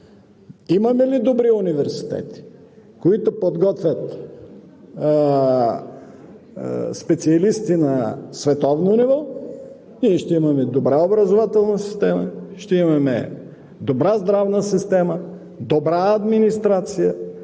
Имаме ли добри университети, които подготвят специалисти на световно ниво, ще имаме добра образователна система, ще имаме добра здравна система, добра администрация,